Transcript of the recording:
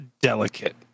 delicate